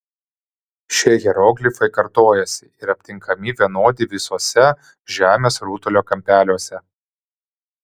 šie hieroglifai kartojasi ir aptinkami vienodi visuose žemės rutulio kampeliuose